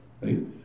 Right